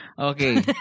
Okay